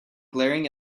glaring